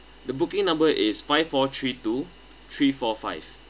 the booking number is five four three two three four five